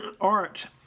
art